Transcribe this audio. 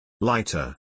Lighter